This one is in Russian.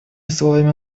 словами